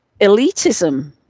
elitism